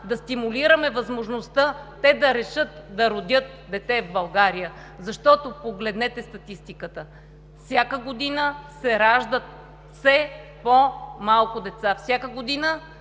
да стимулираме възможността те да решат да родят дете в България. Погледнете статистиката. Всяка година се раждат все по-малко деца, всяка година